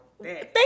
Thank